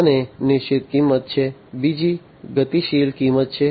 એક નિશ્ચિત કિંમત છે બીજી ગતિશીલ કિંમત છે